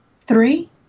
Three